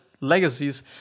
legacies